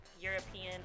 European